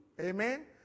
Amen